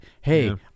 hey